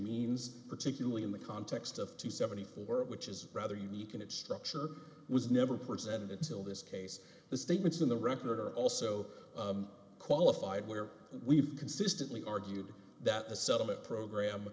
means particularly in the context of the seventy four which is rather unique in its structure was never presented until this case the statements in the record are also qualified where we've consistently argued that the settlement program